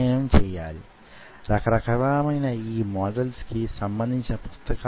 అది వెయ్యి మైక్రోన్ లైనా కావచ్చు